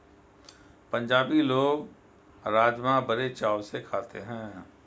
पंजाबी लोग राज़मा बड़े चाव से खाते हैं